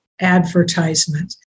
advertisement